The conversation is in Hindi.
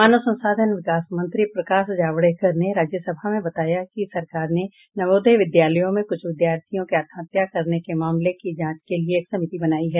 मानव संसाधन विकास मंत्री प्रकाश जावड़ेकर ने राज्यसभा में बताया कि सरकार ने नवोदय विद्यालयों में कुछ विद्यार्थियों के आत्महत्या करने के मामलों की जांच के लिए एक समिति बनाई है